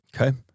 Okay